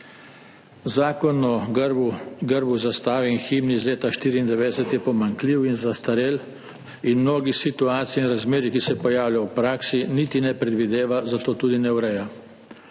Zakon o grbu, zastavi in himni iz leta 1994 je pomanjkljiv in zastarel ter mnogih situacij in razmerij, ki se pojavljajo v praksi, niti ne predvideva, zato tudi ne ureja.